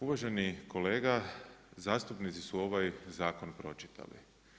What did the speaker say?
Uvaženi kolega, zastupnici su ovaj zakon pročitali.